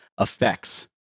effects